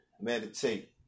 Meditate